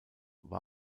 war